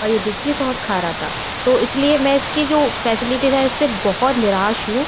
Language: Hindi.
और यह बिजली बहुत खा रहा था तो इसलिए मैं इसकी जो फैसलिटीज़ हैं उससे बहुत निराश हूँ